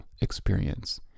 experience